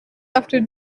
after